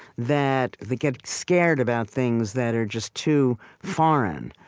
that they get scared about things that are just too foreign.